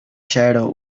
shadow